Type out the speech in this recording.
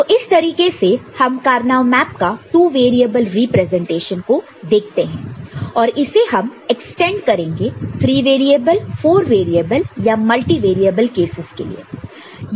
तो इस तरीके से हम कार्नो मैप का टू वेरिएबल रिप्रेजेंटेशन को देखते है और इसे हम एक्सटेंड करेंगे 3 वेरिएबल 4 वेरिएबल या मल्टीवेरिएबल केसस के लिए